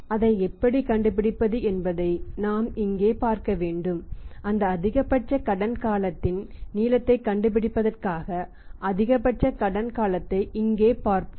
அதை எப்படிக் கண்டுபிடிப்பது என்பதை நாம் இங்கே பார்க்க வேண்டும் அந்த அதிகபட்ச கடன் காலத்தின் நீளத்தைக் கண்டுபிடிப்பதற்காக அதிகபட்ச கடன் காலத்தை இங்கே பார்ப்போம்